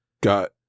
got